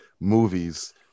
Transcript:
movies